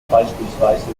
beispielsweise